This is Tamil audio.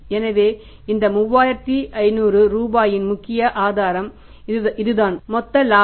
எனவே இந்த 3500 ரூபாயின் முக்கிய ஆதாரம் இதுதான் மொத்த இலாபம்